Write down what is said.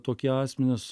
tokie asmenys